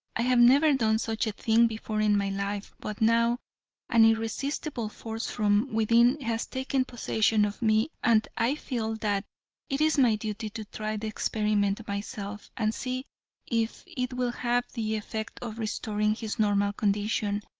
i have never done such a thing before in my life, but now an irresistible force from within has taken possession of me and i feel that it is my duty to try the experiment myself, and see if it will have the effect of restoring his normal condition.